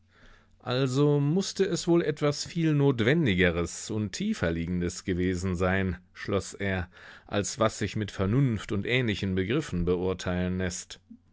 also mußte es wohl etwas viel notwendigeres und tieferliegendes gewesen sein schloß er als was sich mit vernunft und ähnlichen begriffen beurteilen läßt